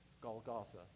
Golgotha